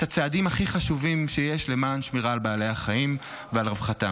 הצעדים הכי חשובים שיש למען שמירה על בעלי החיים ורווחתם.